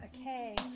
Okay